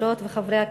חברות וחברי הכנסת,